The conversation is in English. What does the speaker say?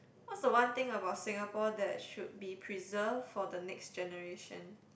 what's the one thing about Singapore that should be preserve for the next generation